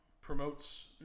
promotes